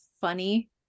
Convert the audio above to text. funny